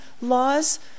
laws